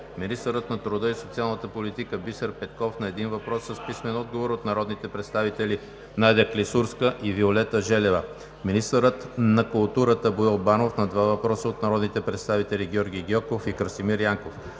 министърът на труда и социалната политика Бисер Петков – на един въпрос с писмен отговор от народните представители Надя Клисурска-Жекова и Виолета Желева; - министърът на културата Боил Банов – на два въпроса от народните представители Георги Гьоков и Красимир Янков.